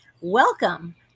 welcome